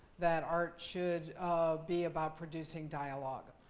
that art should um be about producing dialogue.